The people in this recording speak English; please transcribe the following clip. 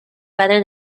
weather